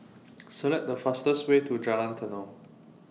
Select The fastest Way to Jalan Tenon